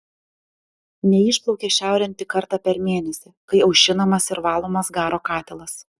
neišplaukia šiaurėn tik kartą per mėnesį kai aušinamas ir valomas garo katilas